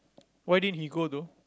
why didn't he go though